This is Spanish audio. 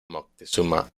moctezuma